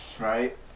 Right